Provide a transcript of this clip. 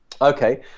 Okay